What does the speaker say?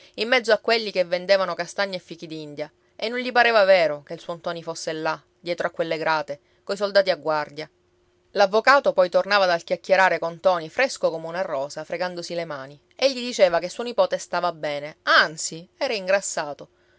in mezzo a quelli che vendevano castagne e fichidindia e non gli pareva vero che il suo ntoni fosse là dietro a quelle grate coi soldati a guardia l'avvocato poi tornava dal chiacchierare con ntoni fresco come una rosa fregandosi le mani e gli diceva che suo nipote stava bene anzi era ingrassato